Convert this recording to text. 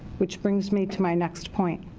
which brings me to my next point.